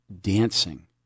dancing